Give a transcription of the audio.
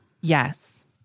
Yes